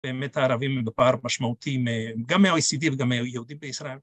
באמת הערבים הם בפער משמעותי מ..גם מהOECD וגם מהיהודים בישראל.